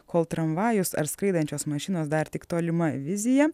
kol tramvajus ar skraidančios mašinos dar tik tolima vizija